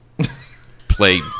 play